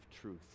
truth